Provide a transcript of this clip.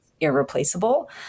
irreplaceable